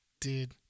Dude